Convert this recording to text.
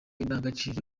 indangagaciro